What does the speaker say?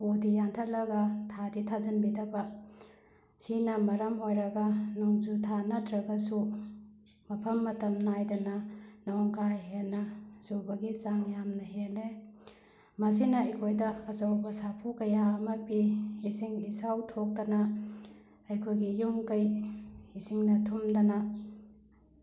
ꯎꯗꯤ ꯌꯥꯟꯊꯠꯂꯒ ꯊꯥꯗꯤ ꯊꯥꯖꯤꯟꯕꯤꯗꯕ ꯁꯤꯅ ꯃꯔꯝ ꯑꯣꯏꯔꯒ ꯅꯣꯡꯖꯨꯊꯥ ꯅꯠꯇ꯭ꯔꯒꯁꯨ ꯃꯐꯝ ꯃꯇꯝ ꯅꯥꯏꯗꯅ ꯅꯣꯡ ꯀꯥ ꯍꯦꯟꯅ ꯆꯨꯕꯒꯤ ꯆꯥꯡ ꯌꯥꯝꯅ ꯍꯦꯜꯂꯦ ꯃꯁꯤꯅ ꯑꯩꯈꯣꯏꯗ ꯑꯆꯧꯕ ꯁꯥꯐꯨ ꯀꯌꯥ ꯑꯃ ꯄꯤ ꯏꯁꯤꯡ ꯏꯆꯥꯎ ꯊꯣꯛꯇꯅ ꯑꯩꯈꯣꯏꯒꯤ ꯌꯨꯝ ꯀꯩ ꯏꯁꯤꯡꯅ ꯊꯨꯝꯗꯅ